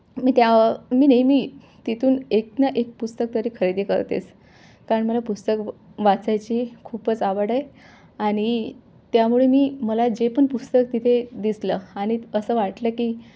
मी त्या मी नेहमी तिथून एक न एक पुस्तक तरी खरेदी करतेच कारण मला पुस्तक वाचायची खूपच आवड आहे आणि त्यामुळे मी मला जे पण पुस्तक तिथे दिसलं आणि असं वाटलं की